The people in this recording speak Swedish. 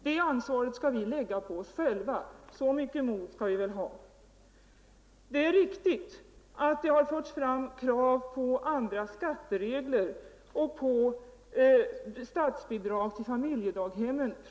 Det ansvaret bör vi lägga på oss själva — så mycket mod skall vi väl ha? Det är riktigt att man från borgerligt håll har fört fram krav på andra skatteregler och på statsbidrag till familjedaghemmen.